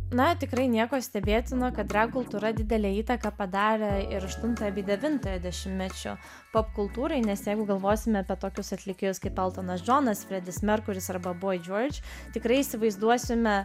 na tikrai nieko stebėtino kad drag kultūra didelę įtaką padarė ir aštuntojo devintojo dešimtmečio popkultūrai nes jeigu galvosime apie tokius atlikėjus kaip eltonas džonas fredis merkuris arba boy george tikrai įsivaizduosime